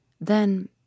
then